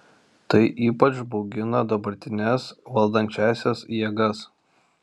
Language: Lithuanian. tai ypač baugina dabartines valdančiąsias jėgas